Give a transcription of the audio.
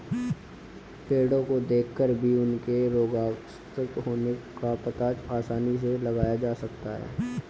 पेड़ो को देखकर भी उनके रोगग्रस्त होने का पता आसानी से लगाया जा सकता है